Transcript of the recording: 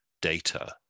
data